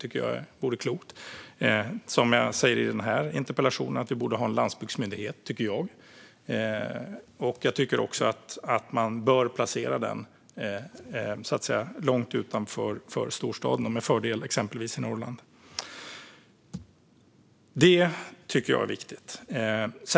Det handlar också om det jag säger i interpellationen: Jag tycker att vi borde ha en landsbygdsmyndighet. Jag tycker även att man bör placera den långt utanför storstaden, med fördel exempelvis i Norrland. Det tycker jag är viktigt.